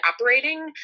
operating